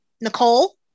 Nicole